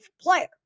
player